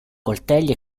coltelli